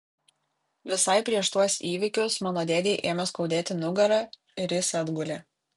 visai prieš tuos įvykius mano dėdei ėmė skaudėti nugarą ir jis atgulė